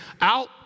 out